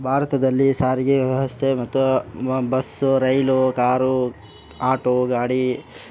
ಭಾರತದಲ್ಲಿ ಸಾರಿಗೆಯ ವ್ಯವಸ್ಥೆ ಮತ್ತು ಬಸ್ಸು ರೈಲು ಕಾರು ಆಟೋ ಗಾಡಿ